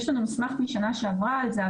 יש לנו מסמך משנה שעברה על זה,